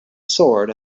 sword